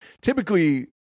Typically